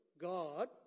God